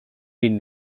been